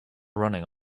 running